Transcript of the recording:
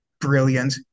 brilliant